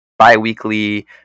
bi-weekly